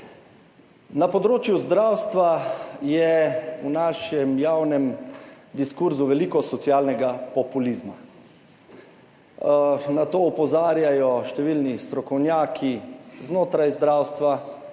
Na področju zdravstva je v našem javnem diskurzu veliko socialnega populizma. Na to opozarjajo številni strokovnjaki znotraj zdravstva